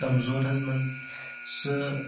کمزور حظ یِمن سُہ